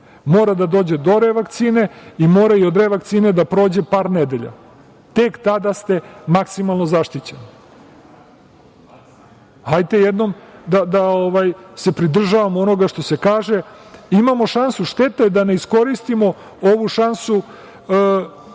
Mora da dođe do revakcine i mora i od revakcine da prođe par nedelja, tek tada ste maksimalno zaštićeni. Hajde, jednom da se pridržavamo onoga što se kaže. Imamo šansu, šteta da ne iskoristimo ovu šansu